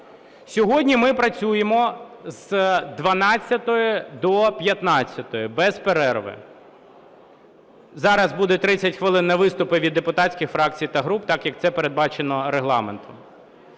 Сьогодні ми працюємо з 12-ї до 15-ї, без перерви. Зараз будуть 30 хвилин на виступи від депутатських фракцій та груп, так, як це передбачено Регламентом.